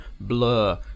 Blur